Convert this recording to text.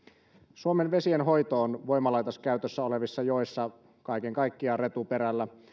suomen vesienhoito on voimalaitoskäytössä olevissa joissa kaiken kaikkiaan retuperällä